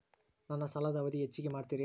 ನನ್ನ ಸಾಲದ ಅವಧಿ ಹೆಚ್ಚಿಗೆ ಮಾಡ್ತಿರೇನು?